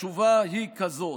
התשובה היא כזאת: